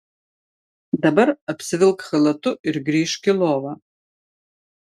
dabar apsivilk chalatu ir grįžk į lovą